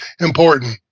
important